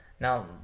Now